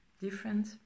different